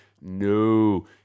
No